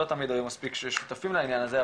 לא תמיד היו מספיק שותפים לעניין הזה,